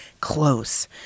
close